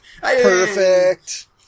perfect